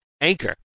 anchor